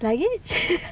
luggage